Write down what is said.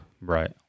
Right